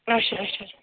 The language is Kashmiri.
اچھا اچھا